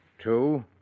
Two